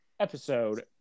Episode